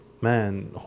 man